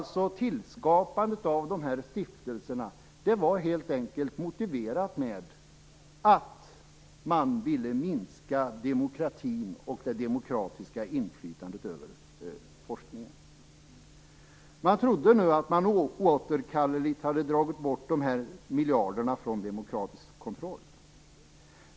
Tillskapandet av stiftelserna motiverades helt enkelt med att man ville minska demokratin och det demokratiska inflytandet över forskningen. Man trodde nu att man oåterkalleligt hade dragit bort de här miljarderna från demokratisk kontroll.